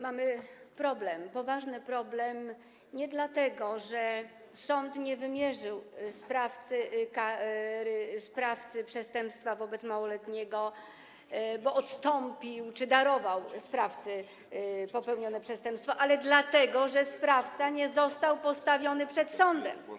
Mamy problem, poważny problem nie dlatego, że sąd nie wymierzył kary sprawcy przestępstwa wobec małoletniego, bo odstąpił od niej czy darował sprawcy popełnienie przestępstwa, ale dlatego że sprawca nie został postawiony przed sądem.